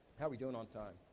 how we doing on time?